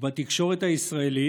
ובתקשורת ישראל: